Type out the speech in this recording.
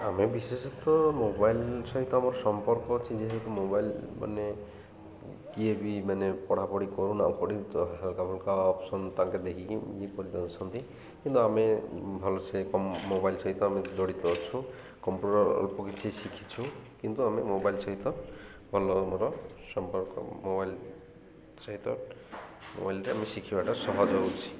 ଆମେ ବିଶେଷତଃ ମୋବାଇଲ ସହିତ ଆମର ସମ୍ପର୍କ ଅଛି ଯେହେତୁ ମୋବାଇଲ ମାନେ କିଏ ବି ମାନେ ପଢ଼ା ପଢ଼ି କରୁ ନା ପଢ଼ି ହାଲକା ଫାଲକା ଅପସନ୍ ତାଙ୍କେ ଦେଖିକି ଇଏ କରିଦେଉଛନ୍ତି କିନ୍ତୁ ଆମେ ଭଲ ସେ ମୋବାଇଲ ସହିତ ଆମେ ଜଡ଼ିତ ଅଛୁ କମ୍ପ୍ୟୁଟର ଅଳ୍ପ କିଛି ଶିଖିଛୁ କିନ୍ତୁ ଆମେ ମୋବାଇଲ ସହିତ ଭଲ ଆମର ସମ୍ପର୍କ ମୋବାଇଲ ସହିତ ମୋବାଇଲଟେ ଆମେ ଶିଖିବାଟା ସହଜ ହେଉଛି